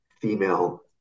female